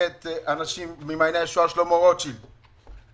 לשלמה רוטשילד ממעייני הישועה,